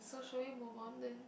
should we move on then